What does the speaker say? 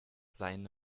seinem